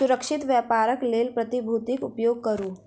सुरक्षित व्यापारक लेल प्रतिभूतिक उपयोग करू